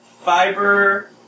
fiber